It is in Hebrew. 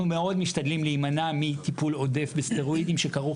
מאוד משתדלים להימנע מטיפול עודף בסטרואידים שכרוך